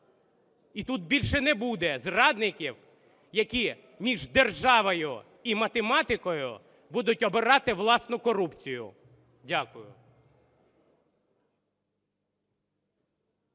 І тут більше не буде зрадників, які між державою і математикою будуть обрати власну корупцію. Дякую.